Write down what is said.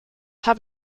habe